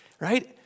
right